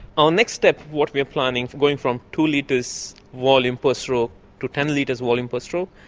ah next step, what we are planning, going from two litres volume per stroke to ten litres volume per stroke,